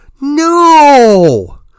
No